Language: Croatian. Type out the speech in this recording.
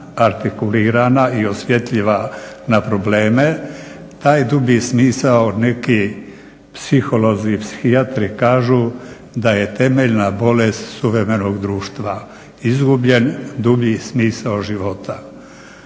artikulirana i osjetljiva na probleme taj dugi smisao neki psiholozi i psihijatri kažu da je temeljna bolest suvremenog društva - izgubljen dublji smisao života.